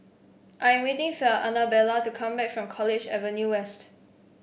I am waiting for Anabella to come back from College Avenue West